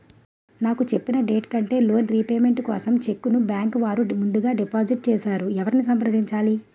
నాకు చెప్పిన డేట్ కంటే లోన్ రీపేమెంట్ కోసం చెక్ ను బ్యాంకు వారు ముందుగా డిపాజిట్ చేసారు ఎవరిని సంప్రదించాలి?